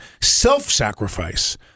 self-sacrifice